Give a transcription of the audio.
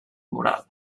moral